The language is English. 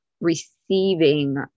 receiving